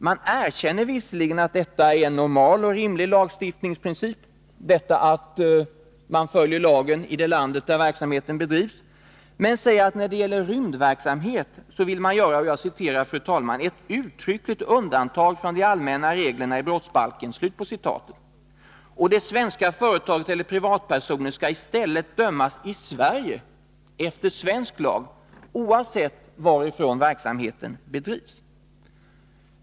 Man erkänner visserligen att det är en normal och rimlig lagstiftningsprincip att man följer lagen i det land där verksamheten bedrivs, men säger att när det gäller rymdverksamhet vill man göra — jag citerar, fru talman — ”ett uttryckligt undantag från de allmänna reglerna i brottsbalken”. Det svenska företaget eller privatpersonen skall i stället dömas i Sverige efter svensk lag, oavsett var verksamheten bedrivs.